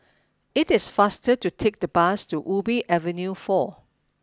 it is faster to take the bus to Ubi Avenue four